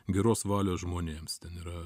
geros valios žmonėms ten yra